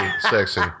sexy